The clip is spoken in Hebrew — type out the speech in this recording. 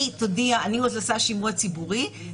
היא תודיע: אני עושה שימוע ציבורי,